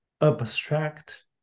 abstract